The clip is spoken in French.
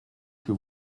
que